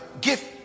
gift